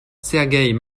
sergueï